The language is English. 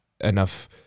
enough